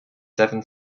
seven